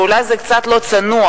ואולי זה קצת לא צנוע,